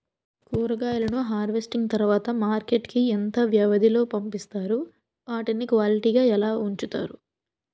కూరగాయలను హార్వెస్టింగ్ తర్వాత మార్కెట్ కి ఇంత వ్యవది లొ పంపిస్తారు? వాటిని క్వాలిటీ గా ఎలా వుంచుతారు?